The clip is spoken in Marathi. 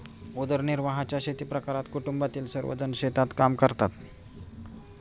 उदरनिर्वाहाच्या शेतीप्रकारात कुटुंबातील सर्वजण शेतात काम करतात